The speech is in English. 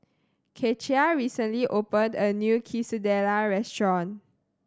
Kecia recently opened a new Quesadilla restaurant